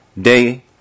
day